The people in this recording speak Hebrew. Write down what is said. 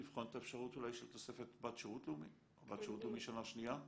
לבחון את האפשרות של תוספת בת שירות לאומי או בת שירות לאומי שנה שנייה.